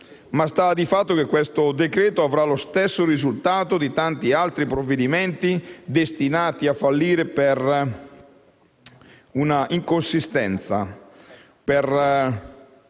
Sta di fatto che questo decreto-legge avrà lo stesso risultato di tanti altri provvedimenti, destinati a fallire per inconsistenza o per